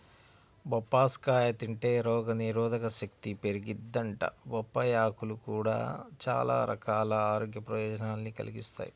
బొప్పాస్కాయ తింటే రోగనిరోధకశక్తి పెరిగిద్దంట, బొప్పాయ్ ఆకులు గూడా చానా రకాల ఆరోగ్య ప్రయోజనాల్ని కలిగిత్తయ్